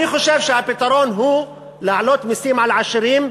אני חושב שהפתרון הוא להעלות מסים על עשירים,